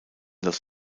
los